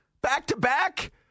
back-to-back